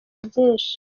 byinshi